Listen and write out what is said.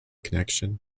connection